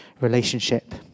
relationship